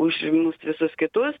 už mus visus kitus